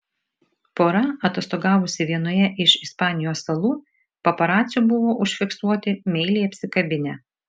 pora atostogavusi vienoje iš ispanijos salų paparacių buvo užfiksuoti meiliai apsikabinę